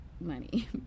money